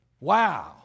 Wow